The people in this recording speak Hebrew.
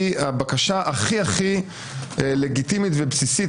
היא הבקשה הכי לגיטימית ובסיסית,